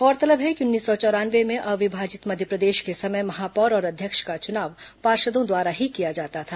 गौरतलब है कि उन्नीस सौ चौरानवे में अविभाजित मध्यप्रदेश के समय महापौर और अध्यक्ष का चुनाव पार्षदों द्वारा ही किया जाता था